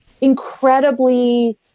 incredibly